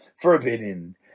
forbidden